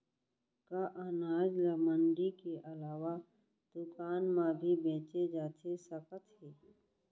का अनाज ल मंडी के अलावा दुकान म भी बेचे जाथे सकत हे?